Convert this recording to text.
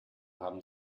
haben